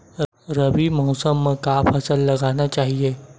रबी मौसम म का फसल लगाना चहिए?